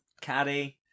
Caddy